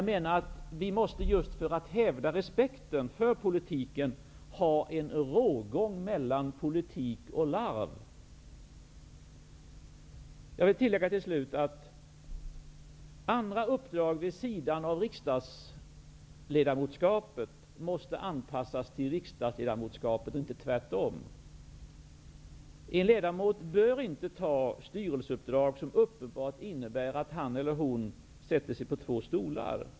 Men just för att hävda respekten för politiken, måste vi ha en rågång mellan politik och larv. Jag vill till slut tillägga att andra uppdrag vid sidan av riksdagsledamotskapet måste anpassas till riksdagsledamotskapet och inte tvärtom. En ledamot bör inte ta styrelseuppdrag som uppenbart innebär att han eller hon sätter sig på två stolar.